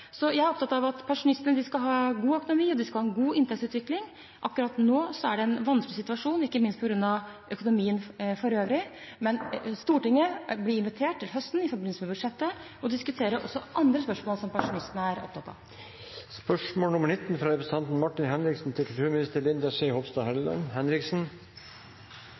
Jeg er opptatt av at pensjonistene skal ha en god økonomi, og de skal ha en god inntektsutvikling. Akkurat nå er det en vanskelig situasjon, ikke minst på grunn av økonomien for øvrig, men Stortinget blir invitert til høsten i forbindelse med budsjettet til å diskutere også andre spørsmål som pensjonistene er opptatt av.